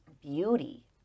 beauty